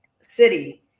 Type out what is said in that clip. city